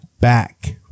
back